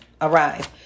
arrive